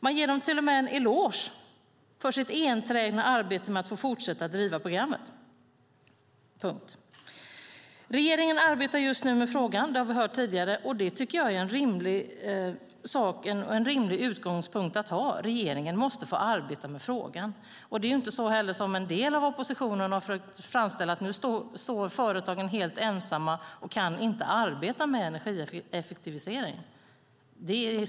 Man ger dem till och med en eloge för det enträgna arbetet för att få fortsätta att driva programmet. Regeringen arbetar just nu med frågan, och jag tycker att det är en rimlig utgångspunkt att ha. Regeringen måste få arbeta med frågan. Det är inte heller så, som en del av oppositionen har försökt framställa det, att företagen nu står helt ensamma och inte kan arbeta med energieffektivisering.